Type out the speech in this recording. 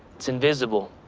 it's invisible,